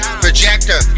projector